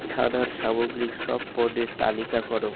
ছানার সামগ্রীর সব পণ্যের তালিকা করো